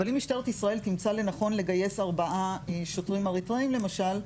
אבל אם משטרת ישראל תמצא לנכון לגייס ארבעה שוטרים אריתריאים למשל,